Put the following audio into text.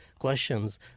questions